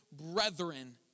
brethren